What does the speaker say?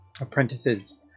apprentices